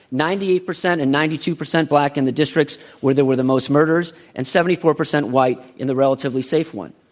ninety eight percent and ninety two percent black in the districts where there were the most murders and seventy four percent white in the relatively safe one.